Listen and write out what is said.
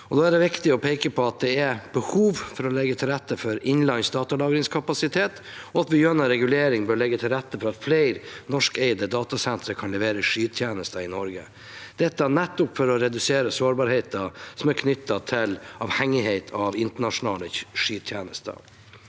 er det viktig å peke på at det er behov for å legge til rette for innenlands datalagringskapasitet, og at vi gjennom regulering bør legge til rette for at flere norskeide datasentre kan levere skytjenester i Norge. Dette er nettopp for å redusere sårbarheter som er knyttet til avhengighet av internasjonale skytjenester.